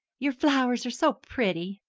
your flowers are so pretty,